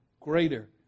greater